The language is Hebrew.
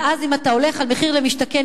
ואז אם אתה הולך על מחיר למשתכן,